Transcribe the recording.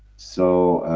so